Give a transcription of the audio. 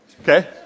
Okay